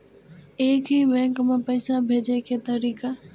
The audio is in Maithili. एक ही बैंक मे पैसा भेजे के तरीका?